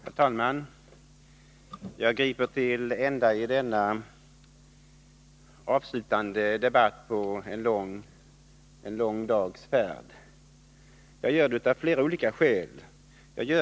Herr talman! Jag griper till orda i slutet av denna långa debatt. Jag gör det av flera olika skäl.